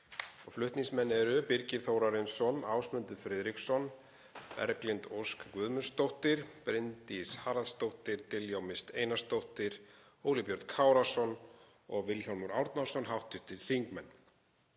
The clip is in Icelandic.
hv. þingmenn Birgir Þórarinsson, Ásmundur Friðriksson, Berglind Ósk Guðmundsdóttir, Bryndís Haraldsdóttir, Diljá Mist Einarsdóttir, Óli Björn Kárason og Vilhjálmur Árnason. Tillagan